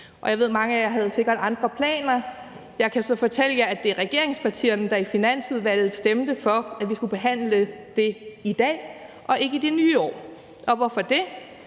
Jeg ved, at mange af jer sikkert havde andre planer. Jeg kan så fortælle jer, at det var regeringspartierne, der i Finansudvalget stemte for, at vi skulle behandle det i dag og ikke i det nye år, og hvorfor det?